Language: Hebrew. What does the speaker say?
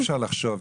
אי אפשר לחשוב,